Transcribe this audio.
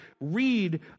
read